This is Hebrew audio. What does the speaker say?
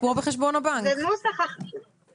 בוא תשמיע את הדברים שלך ביחס לסעיף 3. ב-(א).